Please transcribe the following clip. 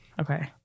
okay